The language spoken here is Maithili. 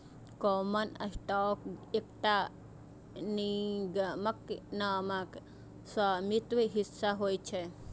कॉमन स्टॉक एकटा निगमक मानक स्वामित्व हिस्सा होइ छै